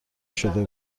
شده